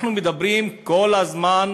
אנחנו מדברים כל הזמן,